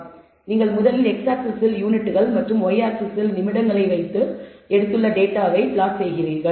எனவே நீங்கள் முதலில் x ஆக்ஸிஸ் இல் யூனிட்கள் மற்றும் y ஆக்ஸிஸ் இல் நிமிடங்களை வைத்து எடுத்துள்ள டேட்டாவை நீங்கள் பிளாட் செய்கிறீர்கள்